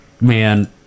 Man